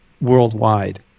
worldwide